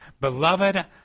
Beloved